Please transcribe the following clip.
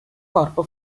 corpo